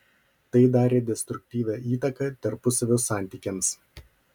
tai darė destruktyvią įtaką tarpusavio santykiams